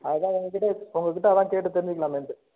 அதுதான் உங்கக்கிட்டே உங்கக்கிட்டே அதான் கேட்டு தெரிஞ்சுக்கலாமேன்ட்டு